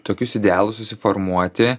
tokius idealus susiformuoti